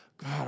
God